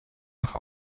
nach